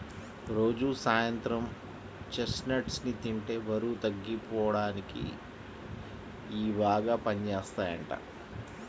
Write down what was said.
రోజూ సాయంత్రం చెస్ట్నట్స్ ని తింటే బరువు తగ్గిపోడానికి ఇయ్యి బాగా పనిజేత్తయ్యంట